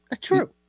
True